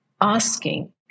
asking